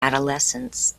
adolescence